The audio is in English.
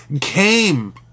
came